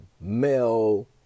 male